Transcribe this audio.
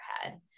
head